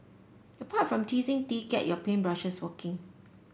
apart from teasing tea get your paint brushes working